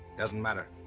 doesn't matter.